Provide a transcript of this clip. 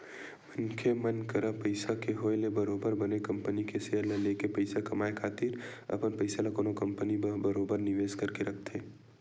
मनखे मन करा पइसा के होय ले बरोबर बने कंपनी के सेयर ल लेके पइसा कमाए खातिर अपन पइसा ल कोनो कंपनी म बरोबर निवेस करके रखथे